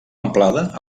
amplada